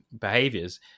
behaviors